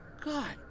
God